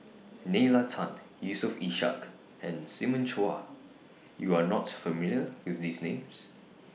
Nalla Tan Yusof Ishak and Simon Chua YOU Are not familiar with These Names